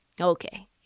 Okay